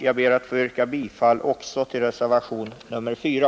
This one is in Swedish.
Jag ber att få yrka bifall också till reservationen 4.